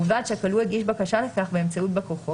ובלבד שהכלוא הגיש בקשה לכך באמצעות בא כוחו